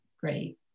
great